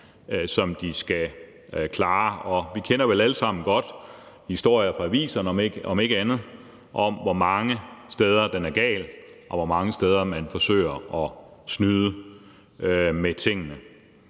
som de skal klare. Og vi kender vel alle sammen godt historier fra aviserne – om ikke andet – om, hvor mange steder den er gal, og hvor mange steder man forsøger at snyde med tingene.